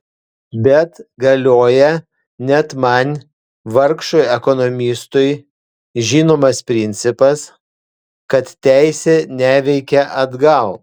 bet galioja net man vargšui ekonomistui žinomas principas kad teisė neveikia atgal